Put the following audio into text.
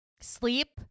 sleep